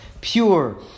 pure